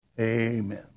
Amen